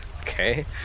Okay